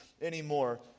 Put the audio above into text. anymore